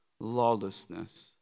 lawlessness